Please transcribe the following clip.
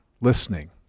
listening